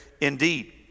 indeed